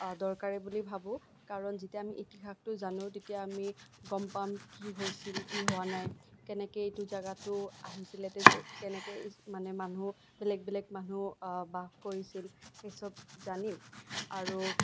দৰকাৰী বুলি ভাবোঁ কাৰণ যেতিয়া আমি ইতিহাসটো জানো তেতিয়া আমি গম পাম কি হৈছিল কি হোৱা নাই কেনেকে এইটো জাগাটো আহিছিলে যে কেনেকে মানে মানুহ বেলেগ বেলেগ মানুহ বাস কৰিছিল সেইচব জানিম আৰু